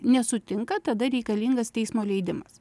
nesutinka tada reikalingas teismo leidimas